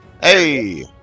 Hey